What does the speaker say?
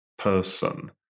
Person